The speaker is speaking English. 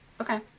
Okay